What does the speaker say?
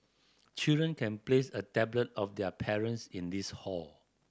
children can place a tablet of their parents in this hall